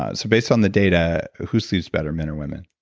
ah so based on the data, who sleeps better, men or women?